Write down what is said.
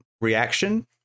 reaction